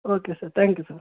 okay sir thank you sir